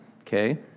Okay